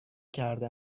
کرده